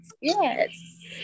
Yes